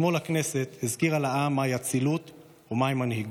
אתמול הכנסת הזכירה לעם מהי אצילות ומהי מנהיגות.